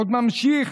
עוד ממשיך